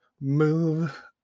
move